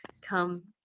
come